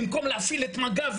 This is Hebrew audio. במקום להפעיל את מג"ב,